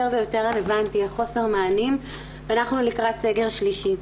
ויותר רלוונטי לגבי חוסר במענים ואנחנו לקראת סגר שלישי.